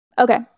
Okay